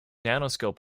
nanoscale